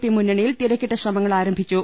P മുന്നണിയിൽ തിരക്കിട്ട ശ്രമങ്ങൾ ആരംഭിച്ചു